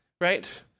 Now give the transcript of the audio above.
right